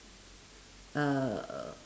uh